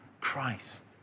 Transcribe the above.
Christ